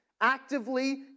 actively